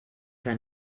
que